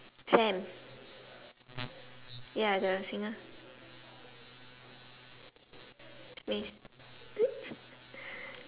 sam ya the singer smith